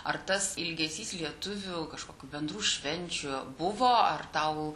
ar tas ilgesys lietuvių kažkokių bendrų švenčių buvo ar tau